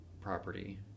property